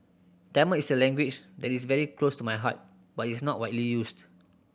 Tamil is a language that is very close to my heart but it's not widely used